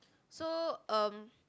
so um